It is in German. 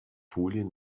folien